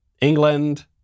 England